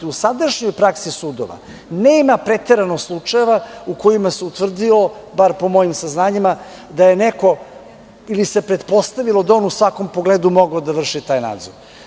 U sadašnjoj praksi sudova nema preterano slučajeva u kojima se utvrdilo, bar po mojim saznanjima, da je neko, ili se pretpostavilo, da je on u svakom pogledu mogao da vrši taj nadzor.